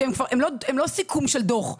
זה לא סיכום של דו"ח,